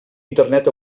internet